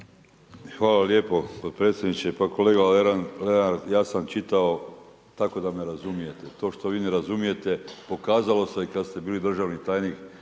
Hvala lijepo potpredsjedniče. Pa kolega Lenart, ja sam čitao tako da me razumijete. To što vi ne razumijete, pokazalo se kad ste bili državni tajnika